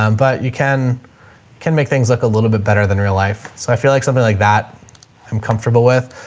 um but you can can make things look a little bit better than real life. so i feel like something like that i'm comfortable with.